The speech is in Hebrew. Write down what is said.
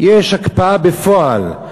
יש הקפאה בפועל.